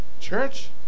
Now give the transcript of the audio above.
Church